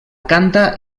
canta